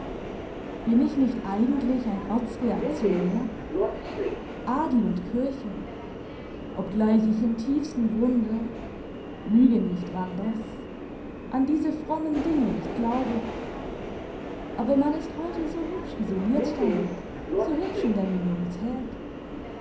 bin ich nicht eigentlich ein erzreaktionär adel und kirche obgleich ich im tiefsten grunde lüge nicht randers an diese frommen dinge nicht glaube aber man ist heute so hübsch isoliert damit so hübsch in der minorität